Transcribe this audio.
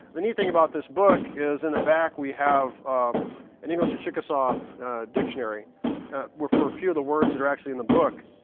the neat thing about this book is in the back we have an english to chickasaw dictionary for a few of the words that are actually in the book.